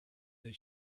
that